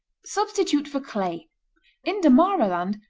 substitute for clay in damara land,